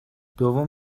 دوم